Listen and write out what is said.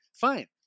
Fine